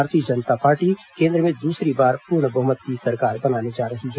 भारतीय जनता पार्टी केन्द्र में दूसरी बार पूर्ण बहुमत की सरकार बनाने जा रही है